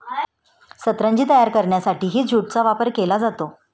सतरंजी तयार करण्यासाठीही ज्यूटचा वापर केला जातो